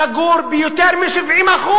לגור ביותר מ-70%